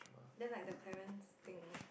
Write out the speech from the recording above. then like the Clarence thing